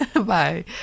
Bye